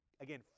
again